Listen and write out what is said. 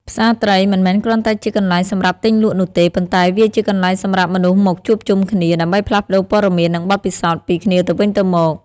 ផ្សារត្រីមិនមែនគ្រាន់តែជាកន្លែងសម្រាប់ទិញលក់នោះទេ ប៉ុន្តែវាជាកន្លែងសម្រាប់មនុស្សមកជួបជុំគ្នា ដើម្បីផ្លាស់ប្តូរព័ត៌មាន និងបទពិសោធន៍ពីគ្នាទៅវិញទៅមក។